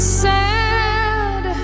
sad